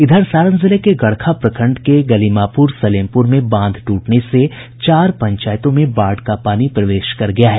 इधर सारण जिले में गड़खा प्रखंड के गलिमापुर सलेमपुर में बांध टूटने से चार पंचायतों में बाढ़ का पानी प्रवेश कर गया है